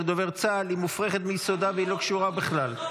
דובר צה"ל היא מופרכת מיסודה והיא לא קשורה בכלל.